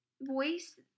voice